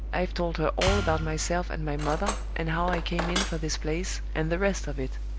i've told her all about myself and my mother, and how i came in for this place, and the rest of it.